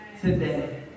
today